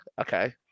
okay